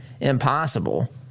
impossible